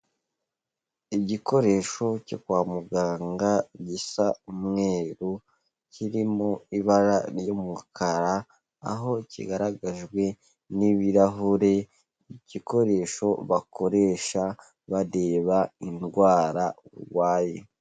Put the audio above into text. Igikoresho cyo kwa muganga gisa umweru, kiri mu ibara ry'umukara aho kigaragajwe n'ibirahure, igikoresho bakoresha bareba indwara urwaye.